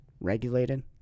regulated